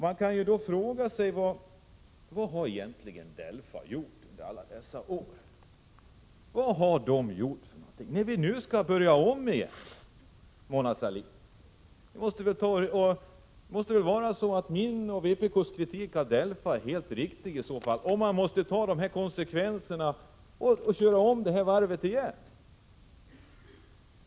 Man kan då fråga sig vad DELFA egentligen har gjort under alla dessa år — då vi nu skall börja om igen, Mona Sahlin. Min och vpk:s kritik av DELFA är väl helt riktig, om man måste ta dessa konsekvenser och köra det här varvet igen.